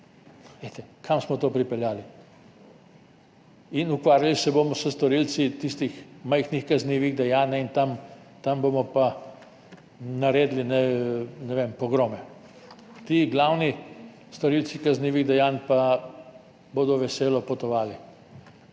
Poglejte, kam smo to pripeljali. In ukvarjali se bomo s storilci tistih majhnih kaznivih dejanj in tam bomo pa naredili, ne vem, pogrome. Ti glavni storilci kaznivih dejanj pa bodo veselo potovali.